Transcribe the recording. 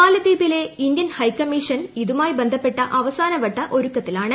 മാലദ്വീപിലെ Indian high commission ഇതുമായി ബന്ധപ്പെട്ട അവസാനവട്ട ഒരുക്കത്തിലാണ്